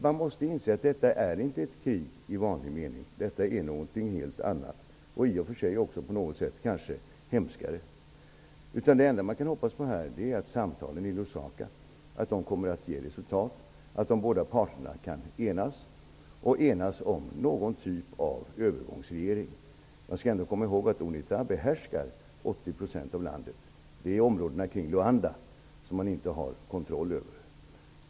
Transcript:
Man måste inse att detta inte är ett krig i vanlig mening. Detta är någonting helt annat, och kanske i och för sig hemskare. Det enda man här kan hoppas på är att samtalen i Lusaka kommer att ge resultat och att de båda parterna kan enas om någon typ av övergångsregering. Man skall ändå komma ihåg att Unita behärskar 80 % av landet. Det är områdena kring Luanda som man inte har kontroll över.